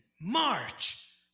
march